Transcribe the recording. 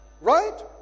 Right